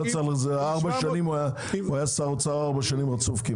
הוא היה שר האוצר במשך ארבע שנים רצוף.